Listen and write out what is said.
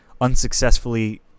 unsuccessfully